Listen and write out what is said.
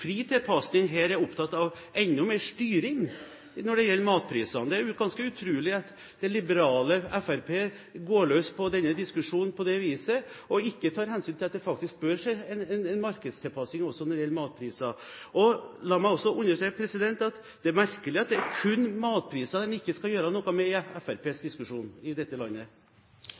fri tilpasning, her er opptatt av enda mer styring når det gjelder matprisene. Det er ganske utrolig at det liberale Fremskrittspartiet går løs på denne diskusjonen på dette viset, og ikke tar hensyn til at det faktisk bør skje en markedstilpasning også når det gjelder matpriser. La meg også understreke at det er merkelig at det kun er matpriser en ikke skal gjøre noe med i dette landet i